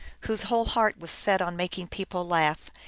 whose whole heart was set on making people laugh,